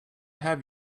have